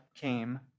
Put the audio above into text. came